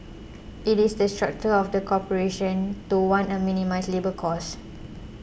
it's the structure of the corporation to want to minimise labour costs